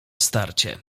starcie